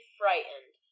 frightened